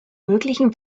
möglichen